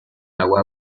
agua